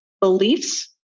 beliefs